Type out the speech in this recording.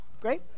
Great